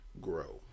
grow